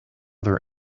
there